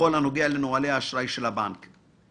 בכל הנוגע לנהלי האשראי של הבנק?